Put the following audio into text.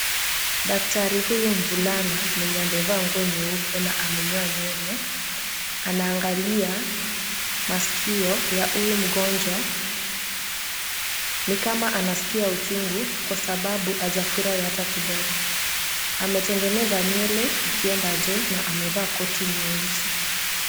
Daktari huyu mvulana mwenye amevaa nguo nyeupe na amenyoa nywele anaangalia maskio ya huyu mgonjwa ni kama anasikia uchungu kwa sababu hajafurahi hata kidogo. Ametengeneza nywele ikienda juu na amevaa koti nyeusi.